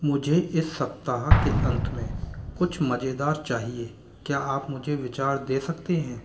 मुझे इस सप्ताह के अंत में कुछ मजेदार चाहिए क्या आप मुझे विचार दे सकते हैं